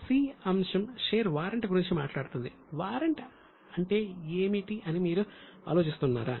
'c' అంశం share warrant అంటే ఏమిటి అని మీరు ఆలోచిస్తున్నారా